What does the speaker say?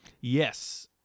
yes